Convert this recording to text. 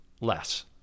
Less